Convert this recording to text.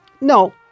No